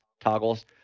toggles